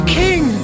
king